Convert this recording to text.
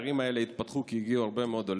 הערים האלה התפתחו כי הגיעו הרבה מאוד עולים.